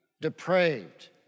depraved